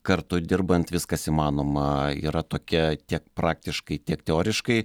kartu dirbant viskas įmanoma yra tokia tiek praktiškai tiek teoriškai